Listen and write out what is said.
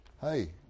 hey